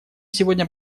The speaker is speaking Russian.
сегодня